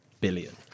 billion